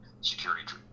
security